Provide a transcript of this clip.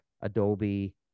Adobe